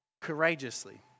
courageously